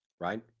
right